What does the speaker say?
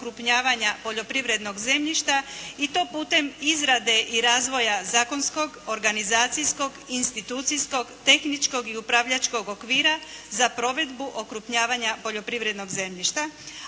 okrupnjavanja poljoprivrednog zemljišta i to putem izrade i razvoja zakonskog, organizacijskog, institucijskog, tehničkog i upravljačkog okvira za provedbu okrupnjavanja poljoprivrednog zemljišta,